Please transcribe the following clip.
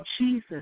Jesus